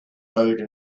rode